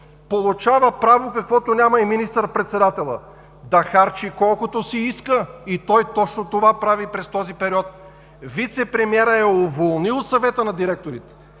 получава право каквото няма и министър-председателят – да харчи колкото си иска и той точно това прави през този период. Вицепремиерът е уволнил Съвета на директорите,